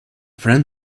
friend